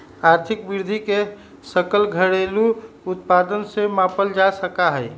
आर्थिक वृद्धि के सकल घरेलू उत्पाद से मापल जा सका हई